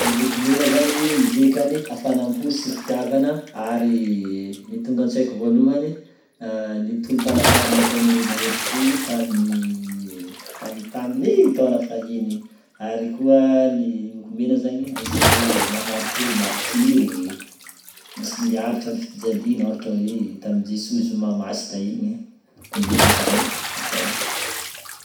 Ny loko mena zany midika hafanam-po sy fitiavana ary ny tonga antsaiko voalohany: ny tolom-panafahana nataon'ireo mahery fo tamin'ny- tamin'ny taogno fahigny, ary koa ny loko mena zany agnisan'ny hoe mahamariky hoe maritiry nisy niaritry ny fijaliana ohatra hoe tamin'ny Jesoa zoma masina igny loko mena zany atao.